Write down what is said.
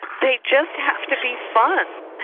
they just have to be fun,